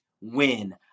win